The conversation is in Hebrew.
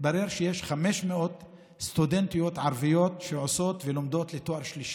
מתברר שיש 500 סטודנטיות ערביות שלומדות לתואר השלישי.